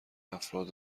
افراد